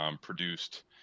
produced